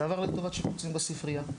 זה עבר לטובת שיפוצים בספרייה.